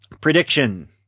prediction